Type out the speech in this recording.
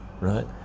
right